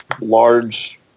large